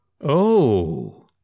Oh